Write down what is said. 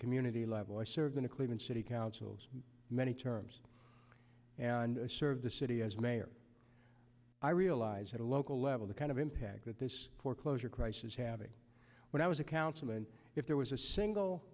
community level i served in a cleveland city council's many terms and serve the city as mayor i realize that a local level the kind of impact that this foreclosure crisis having when i was a councilman if there was a single